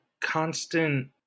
constant